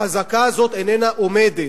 החזקה הזאת איננה עומדת,